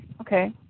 okay